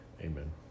amen